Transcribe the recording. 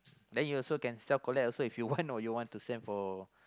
then you also can self-collect if you want or you want to send for